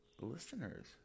Listeners